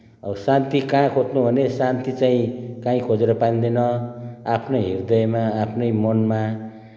अब शान्ति कहाँ खोज्नु भने शान्ति चाहिँ कहीँ खोजेर पाइँदैन आफ्नै हृदयमा आफ्नै मनमा